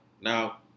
Now